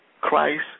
Christ